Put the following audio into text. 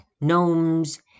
gnomes